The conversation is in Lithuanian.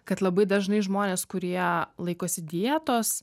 kad labai dažnai žmonės kurie laikosi dietos